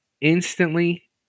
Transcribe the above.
instantly